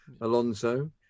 Alonso